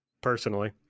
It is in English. Personally